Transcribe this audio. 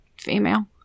female